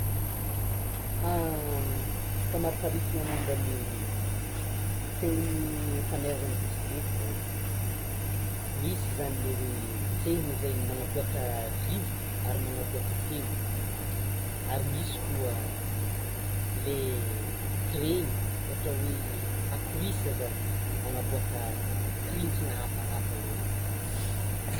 Famariparitana momba ny feon'ny fanairana bisikileta zany, misy zany le hoe potserina zany manaboaka rivotro ary manaboaka feo, ary misy koa le tireny ohatra hoe akorisa zany; manaboaka kirintsana hafahafa zay.